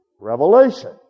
revelation